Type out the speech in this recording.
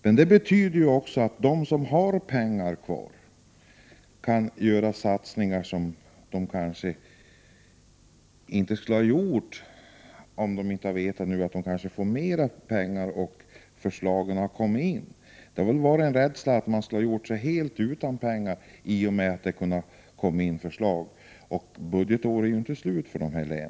Detta betyder också att de som har pengar kvar kan göra satsningar som de kanske inte skulle ha gjort, om de inte vetat att de får mer pengar och att det finns förslag. Det har väl funnits en rädsla för att göra sig helt av med pengarna. Budgetåret är ju inte slut heller.